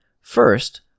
First